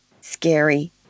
scary